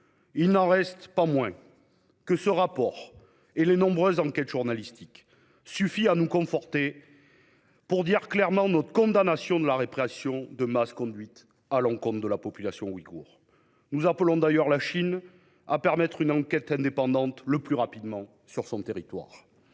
Il n'en reste pas moins que ce rapport et les nombreuses enquêtes journalistiques suffisent à conforter notre condamnation de la répression de masse conduite à l'encontre de la population ouïghoure. Nous appelons d'ailleurs la Chine à permettre une enquête indépendante sur son territoire